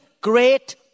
great